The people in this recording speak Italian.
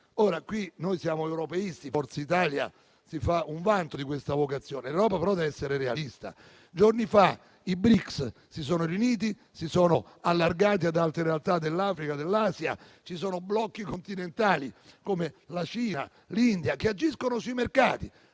europea. Noi siamo europeisti e Forza Italia si fa un vanto di questa vocazione, ma l'Europa deve essere realista. Giorni fa i BRICS si sono riuniti, si sono allargati ad altre realtà dell'Africa e dell'Asia, ci sono blocchi continentali come la Cina e l'India che agiscono sui mercati: